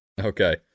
Okay